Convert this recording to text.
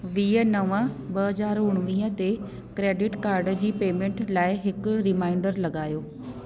वीह नव ॿ हज़ार उणिवीह ते क्रेडिट कार्ड जी पेमेंट लाइ हिक रिमाइंडर लॻायो